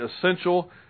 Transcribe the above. essential